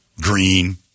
Green